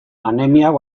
anemiak